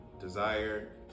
desire